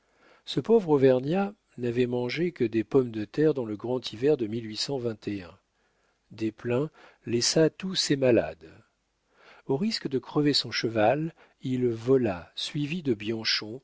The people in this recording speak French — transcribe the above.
ce pauvre auvergnat n'avait mangé que des pommes de terre dans le grand hiver de des pleins la laissa tous ses malades au risque de crever son cheval il vola suivi de bianchon